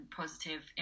positive